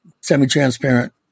semi-transparent